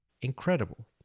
incredible